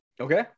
Okay